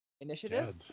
Initiative